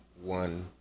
one